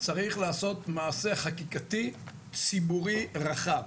צריך לעשות מעשה חקיקתי ציבורי רחב.